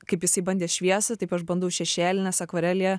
kaip jisai bandė šviesą taip aš bandau šešėlines akvarelėje